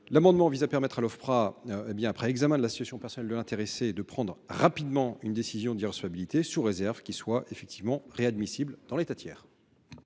amendement vise à permettre à l’Ofpra, après examen de la situation personnelle de l’intéressé, de prendre rapidement une décision d’irrecevabilité, sous réserve que cette personne soit réadmissible dans l’État tiers.